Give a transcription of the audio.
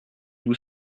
vous